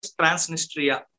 Transnistria